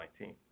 2019